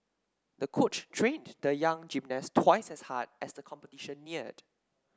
the coach trained the young gymnast twice as hard as the competition neared